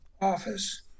office